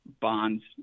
bonds